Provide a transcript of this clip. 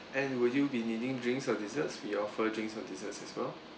and would you be needing drinks or desserts we offer drinks or desserts as well